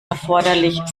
erforderlich